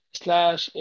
slash